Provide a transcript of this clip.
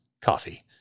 coffee